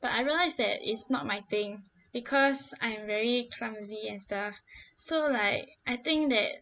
but I realise that it's not my thing because I'm very clumsy and stuff so like I think that